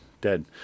Dead